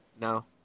No